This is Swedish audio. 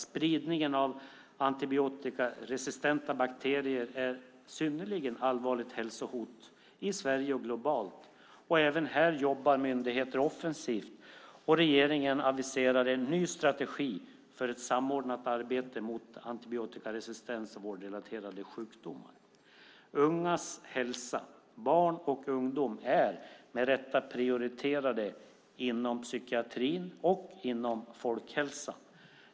Spridningen av antibiotikaresistenta bakterier är ett synnerligen allvarligt hälsohot i Sverige och globalt. Myndigheterna jobbar offensivt. Regeringen aviserar en ny strategi för ett samordnat arbete mot antibiotikaresistens och vårdrelaterade sjukdomar. Ytterligare ett område är ungas hälsa. Barn och ungdomar är med rätta prioriterade inom psykiatrin och folkhälsan.